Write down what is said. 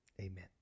amen